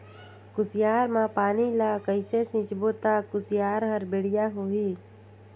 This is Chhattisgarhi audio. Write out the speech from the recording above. कुसियार मा पानी ला कइसे सिंचबो ता कुसियार हर बेडिया होही?